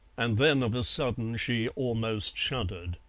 and then of a sudden she almost shuddered.